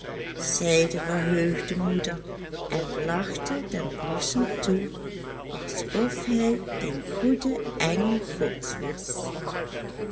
de verheugde moeder en lachte den bloesem toe alsof hij een goede engel gods was